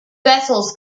vessels